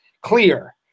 clear